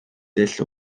dull